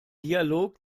dialog